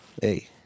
Hey